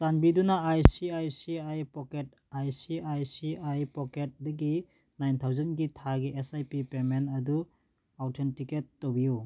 ꯆꯥꯟꯕꯤꯗꯨꯅ I C I C I pocket I C I C I ꯄꯣꯛꯀꯦꯠꯇꯒꯤ nine ꯊꯥꯎꯖꯟꯒꯤ ꯊꯥꯒꯤ ꯑꯦꯁ ꯑꯥꯏ ꯄꯤ ꯄꯦꯃꯦꯟ ꯑꯗꯨ authenticate ꯇꯧꯕꯤꯌꯨ